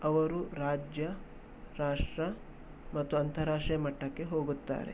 ಅವರು ರಾಜ್ಯ ರಾಷ್ಟ್ರ ಮತ್ತು ಅಂತಾರಾಷ್ಟ್ರೀಯ ಮಟ್ಟಕ್ಕೆ ಹೋಗುತ್ತಾರೆ